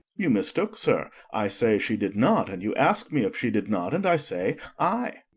you mistook, sir i say she did nod and you ask me if she did nod and i say ay.